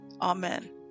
Amen